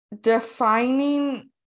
defining